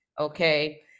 Okay